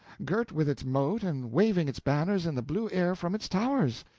girt with its moat and waving its banners in the blue air from its towers.